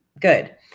good